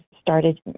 started